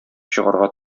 чыгарга